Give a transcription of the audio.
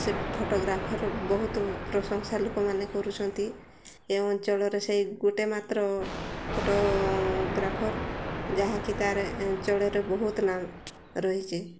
ସେ ଫଟୋଗ୍ରାଫର ବହୁତ ପ୍ରଶଂସା ଲୋକମାନେ କରୁଛନ୍ତି ଏ ଅଞ୍ଚଳରେ ସେଇ ଗୋଟେ ମାତ୍ର ଫଟୋଗ୍ରାଫର ଯାହାକି ତା'ର ଅଞ୍ଚଳରେ ବହୁତ ନା ରହିଛି